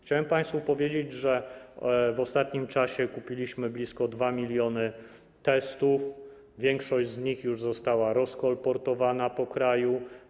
Chciałbym państwu powiedzieć, że w ostatnim czasie kupiliśmy blisko 2 mln testów, większość z nich już została rozkolportowana po kraju.